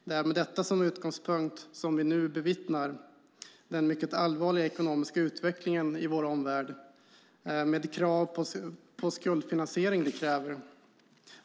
Det är med detta som utgångspunkt vi nu bevittnar den mycket allvarliga ekonomiska utvecklingen i vår omvärld, med de krav på skuldfinansiering det ställer.